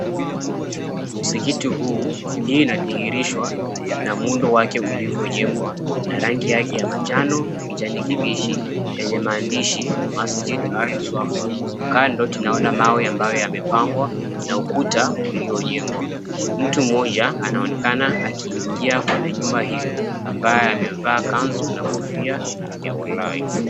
Msikiti huu inadhihirishwa na muundo wake ilivyojengwa na rangi yake ya manjano na kijani kibichi yenye maandishi, Masjid Alswafa kando tunaona mawe yamepangwa na ukuta iliyojengwa, mtu mmoja anaonekana akiingia kwenye nyumba hilo ambaye amevaa kanzu na kofia la walahi.